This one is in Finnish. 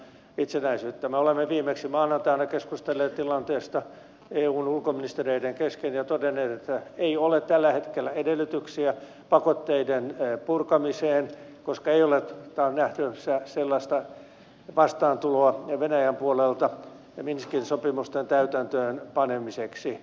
me olemme viimeksi maanantaina keskustelleet tilanteesta eun ulkoministereiden kesken ja todenneet että ei ole tällä hetkellä edellytyksiä pakotteiden purkamiseen koska ei ole nähty sellaista vastaantuloa venäjän puolelta ja minskin sopimusten täytäntöön panemiseksi